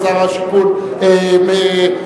לא שר השיכון שטרית,